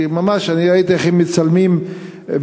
כי אני ממש ראיתי איך הם מצלמים בקלוז-אפ,